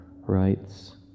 writes